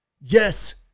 Yes